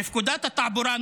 בפקודת התעבורה,